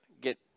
get